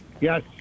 yes